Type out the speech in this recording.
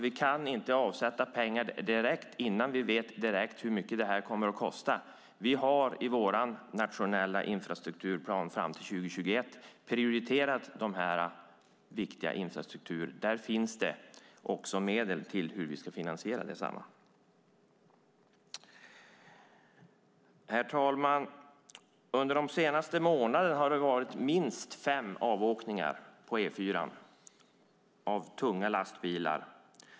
Vi kan inte avsätta pengar direkt innan vi vet hur mycket det här kommer att kosta. Vi har i vår nationella infrastrukturplan fram till 2021 prioriterat den viktiga infrastrukturen. Där finns medel till finansieringen. Herr talman! Under de senaste månaderna har det varit minst fem avåkningar på E4:an av tunga lastbilar.